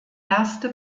erste